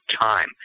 time